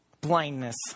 Blindness